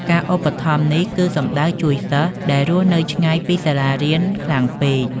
ការឧបត្ថម្ភនេះគឺសំដៅជួយសិស្សដែលរស់នៅឆ្ងាយពីសាលារៀនខ្លាំងពេក។